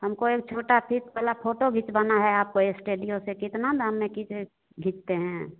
हमको एक छोटा फीस वाला फोटो भिचवाना है आपका एस्टेडियो से कितना दाम में कीचे खींचते हैं